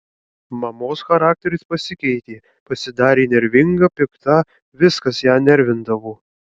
mamos charakteris pasikeitė pasidarė nervinga pikta viskas ją nervindavo